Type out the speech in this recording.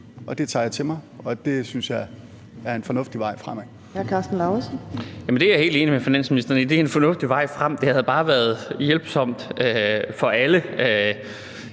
Lauritzen. Kl. 15:06 Karsten Lauritzen (V): Det er jeg helt enig med finansministeren i: Det er en fornuftig vej frem. Det havde bare været hjælpsomt for alle,